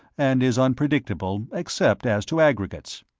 and is unpredictable except as to aggregates.